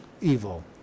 evil